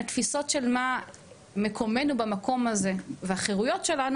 התפיסות של מה מקומנו במקום הזה והחירויות שלנו,